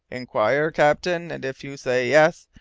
inquire, captain, and if you say yes,